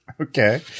okay